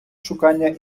шукання